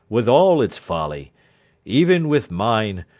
with all its folly even with mine,